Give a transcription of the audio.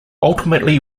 ultimately